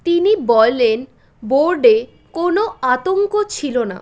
তিনি বলেন বোর্ডে কোনো আতঙ্ক ছিল না